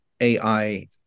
AI